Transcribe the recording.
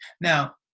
Now-